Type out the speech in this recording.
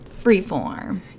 Freeform